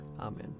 Amen